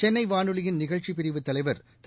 சென்னை வானொலியின் நிகழ்ச்சிப்பிரிவு தலைவர் திரு